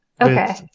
Okay